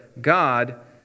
God